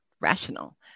rational